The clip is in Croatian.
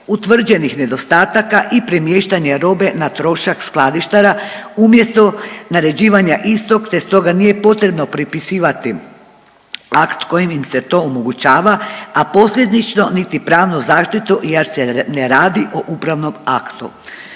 utvrđenih nedostataka i premještanje robe na trošak skladištara umjesto naređivanja istog te stoga nije potrebno pripisivati akt kojim im se to omogućava, a posljedično niti pravnu zaštitu jer se ne radi o upravnom aktu.